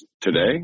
Today